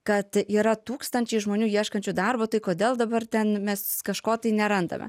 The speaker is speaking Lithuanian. kad yra tūkstančiai žmonių ieškančių darbo tai kodėl dabar ten mes kažko tai nerandame